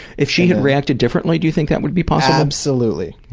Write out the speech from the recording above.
if she had reacted differently, do you think that would be possible? absolutely.